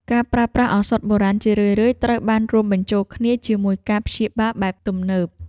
ការប្រើប្រាស់ឱសថបុរាណជារឿយៗត្រូវបានរួមបញ្ចូលគ្នាជាមួយការព្យាបាលបែបទំនើប។